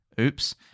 Oops